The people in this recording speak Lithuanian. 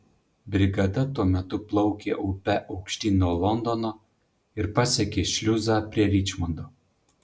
brigada tuo metu plaukė upe aukštyn nuo londono ir pasiekė šliuzą prie ričmondo